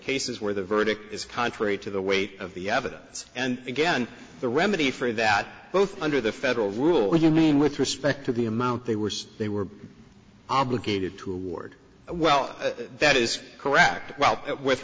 cases where the verdict is contrary to the weight of the evidence and again the remedy for that both under the federal rule you mean with respect to the amount they were they were obligated to award a well that is correct well with